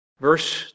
verse